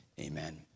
Amen